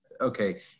okay